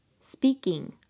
speaking